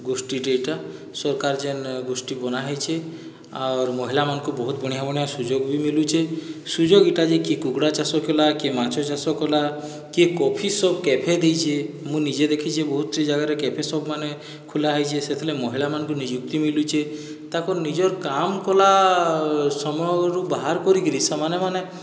ଗୋଷ୍ଠୀଟେ ଇଟା ସରକାର ଯେନ୍ ଗୋଷ୍ଠୀ ବନା ହେଇଛେ ଆଉର ମହିଳାମାନଙ୍କୁ ବହୁତ ବଢ଼ିଆଁ ବଢ଼ିଆଁ ସୁଯୋଗ ବି ମିଲୁଛେ ସୁଯୋଗ ଇଟା ଯେ କିଏ କୁକୁଡ଼ା ଚାଷ କଲା କିଏ ମାଛ ଚାଷ କଲା କିଏ କଫି ସୋପ କ୍ୟାଫେ ଦେଇଛେ ମୁଁ ନିଜେ ଦେଖିଛେ ବହୁତଟି ଜାଗାରେ କ୍ୟାଫେ ସୋପ ମାନେ ଖୁଲା ହେଇଛେ ସେଥିରେ ମହିଳାମାନଙ୍କୁ ନିଯୁକ୍ତି ମିଲୁଛେ ତାକୁ ନିଜର କାମ କଲା ସମୟରୁ ବାହାର କରିକିରି ସେମାନେ ମାନେ